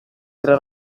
tre